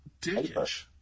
dickish